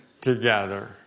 together